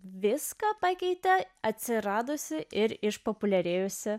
viską pakeitė atsiradusi ir išpopuliarėjusi